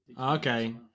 Okay